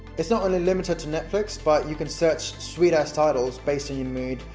it's not only limited to netflix, but you can search sweet as titles based on your mood,